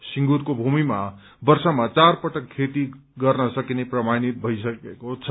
सिंगूरको भूमिमा वर्षमा चारपटक खेती गर्न सकिने प्रमाणित भइसकेको छ